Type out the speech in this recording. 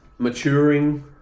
Maturing